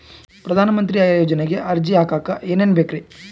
ಪ್ರಧಾನಮಂತ್ರಿ ಯೋಜನೆಗೆ ಅರ್ಜಿ ಹಾಕಕ್ ಏನೇನ್ ಬೇಕ್ರಿ?